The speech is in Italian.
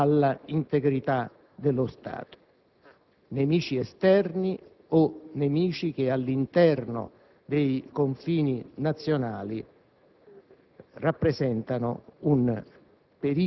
da potenziali minacce all'integrità dello Stato: nemici esterni o nemici che, all'interno dei confini nazionali,